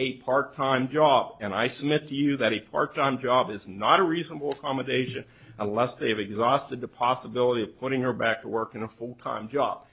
a part time job and i submit you that he parked on job is not a reasonable accommodation alas they've exhausted the possibility of putting her back to work in a full time job